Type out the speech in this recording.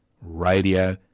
Radio